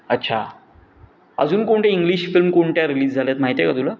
अच्छा अजून कोणते इंग्लिश फिल्म कोणत्या रिलीज झाल्या आहेत माहीत आहे का तुला